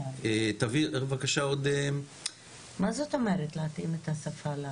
מה זאת אומרת להתאים את השפה?